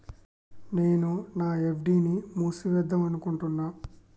నేను నా ఎఫ్.డి ని మూసివేద్దాంనుకుంటున్న